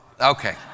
Okay